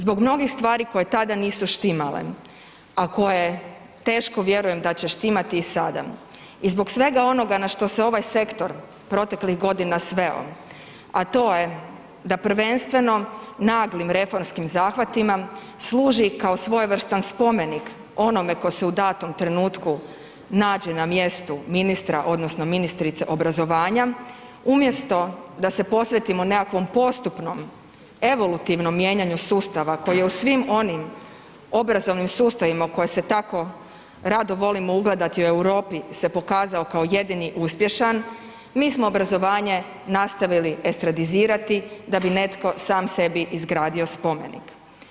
Zbog mnogih stvari koje tada nisu štimale, a koje teško vjerujem da će štimati i sada i zbog svega onoga na što se ovaj sektor proteklih godina sveo, a to je da prvenstveno naglim reformskim zahvatima, služi kao svojevrstan spomenik onome tko se u datom trenutku nađe na mjestu ministra, odnosno ministrice obrazovanja, umjesto da se posvetimo nekakvom postupnom evolutivnom mijenjanju sustava koje je u svim onim obrazovnim sustavima u koje se tako rado volimo ugledati u Europi se pokazao kao jedini uspješan, mi smo obrazovanje nastavili estradizirati, da bi netko sam sebi izgradio spomenik.